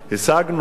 השגנו,